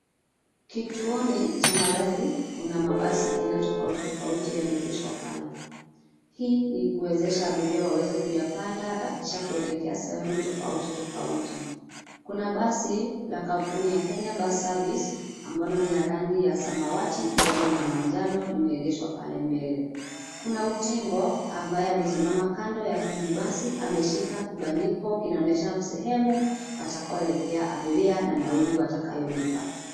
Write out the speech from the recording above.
Kituoni cha magari, kuna mabasi aina tofauti tofauti yameegeshwa pale. Hii ni kuwezesha abiria waweze kuyapanda na kisha kuelekea sehemu tafauti tofauti. Kuna basi la kampuni ya Kenya Bus Service , ambalo ni ya rangi ya samawati, kijani na manjano limeegeshwa pale mbele. Kuna utingo, ambaye amesimama kando ya hili basi ameshika kibandiko kinaonyesha sehemu atakayoelekea abiria na nauli watakayolipa.